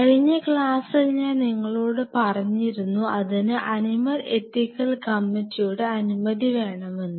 കഴിഞ്ഞ ക്ലാസ്സിൽ ഞാൻ നിങ്ങളോട് പറഞ്ഞിരുന്നു അതിന് അനിമൽ എത്തിക്കൽ കമ്മിറ്റിയുടെ അനുമതി വേണമെന്ന്